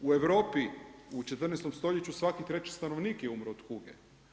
U Europi u 14. stoljeću, svaki treći stanovnik je umro od kuge.